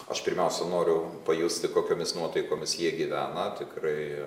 aš pirmiausia noriu pajusti kokiomis nuotaikomis jie gyvena tikrai